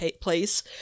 place